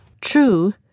True